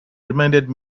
reminded